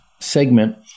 segment